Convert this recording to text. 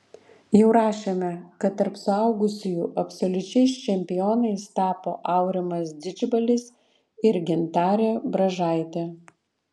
jau rašėme kad tarp suaugusiųjų absoliučiais čempionais tapo aurimas didžbalis ir gintarė bražaitė